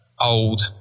old